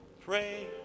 Pray